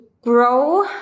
Grow